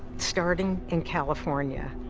starting in california,